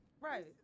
Right